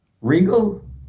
Regal